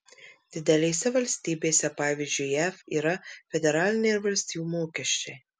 didelėse valstybėse pavyzdžiui jav yra federaliniai ir valstijų mokesčiai